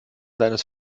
seines